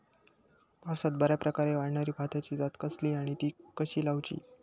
पावसात बऱ्याप्रकारे वाढणारी भाताची जात कसली आणि ती कशी लाऊची?